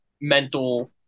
mental